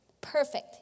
Perfect